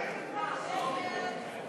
אתם.